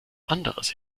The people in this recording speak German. anderes